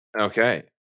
Okay